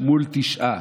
מול תשעה,